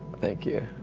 thank you,